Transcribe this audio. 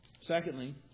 Secondly